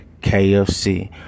KFC